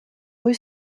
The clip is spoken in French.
rue